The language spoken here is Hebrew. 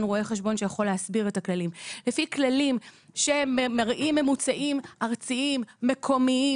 רואה חשבון שיכול להסביר את הכללים שמראים ממוצעים ארציים מקומיים